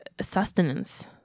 sustenance